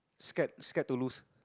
scared scared to lose